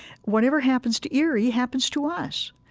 whatever happens to erie happens to us.